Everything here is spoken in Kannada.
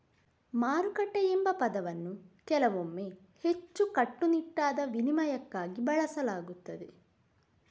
ಮಾರುಕಟ್ಟೆ ಎಂಬ ಪದವನ್ನು ಕೆಲವೊಮ್ಮೆ ಹೆಚ್ಚು ಕಟ್ಟುನಿಟ್ಟಾದ ವಿನಿಮಯಕ್ಕಾಗಿ ಬಳಸಲಾಗುತ್ತದೆ